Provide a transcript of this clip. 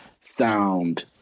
sound